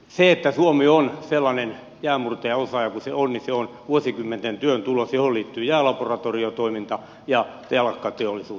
se että suomi on sellainen jäänmurtajaosaaja kuin se on on vuosikymmenten työn tulos johon liittyy jäälaboratoriotoiminta ja telakkateollisuus